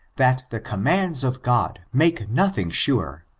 that the commands of god make nothing sure,